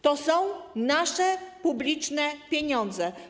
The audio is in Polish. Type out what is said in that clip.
To są nasze, publiczne pieniądze.